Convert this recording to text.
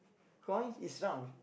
coins is round